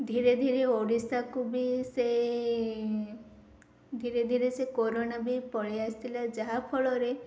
ଧୀରେ ଧୀରେ ଓଡ଼ିଶାକୁ ବି ସେ ଧୀରେ ଧୀରେ ସେ କୋରୋନା ବି ପଳେଇ ଆସିଥିଲା ଯାହାଫଳରେ